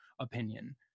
opinion